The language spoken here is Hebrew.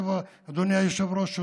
אדוני היושב-ראש,